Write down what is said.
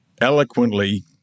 eloquently